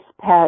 pet